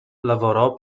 lavorò